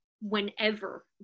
whenever